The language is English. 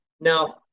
Now